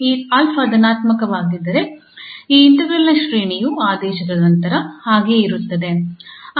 ಆದ್ದರಿಂದ ಈ 𝑎 ಧನಾತ್ಮಕವಾಗಿದ್ದರೆ ಈ ಇಂಟಿಗ್ರಾಲ್ ನ ಶ್ರೇಣಿಯು ಆದೇಶದ ನಂತರ ಹಾಗೆಯೇ ಇರುತ್ತದೆ